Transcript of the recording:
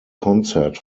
concert